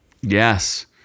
Yes